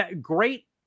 great